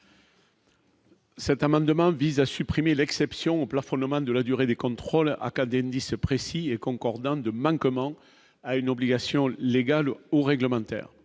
Cet amendement vise à supprimer l'exception plafonnement de la durée des contrôles académie ce précis et concordants de Man comment a une obligation légale au réglementaire